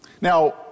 Now